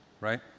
right